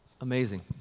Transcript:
Amazing